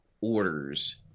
orders